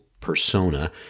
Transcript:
persona